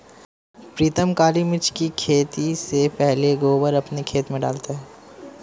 प्रीतम काली मिर्च की खेती से पहले गोबर अपने खेत में डालता है